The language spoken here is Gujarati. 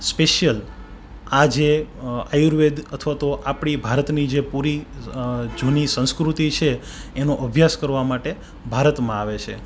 સ્પેશિયલ જે આયુર્વેદ અથવા તો આપણી ભારતની જે પૂરી જૂની સંસ્કૃતિ છે એનો અભ્યાસ કરવા માટે ભારતમાં આવે છે